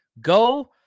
Go